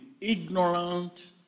ignorant